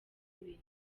ibintu